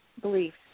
beliefs